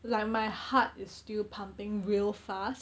like my heart is still pumping real fast